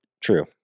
true